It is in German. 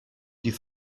die